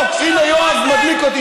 הו, הינה יואב מדליק אותי.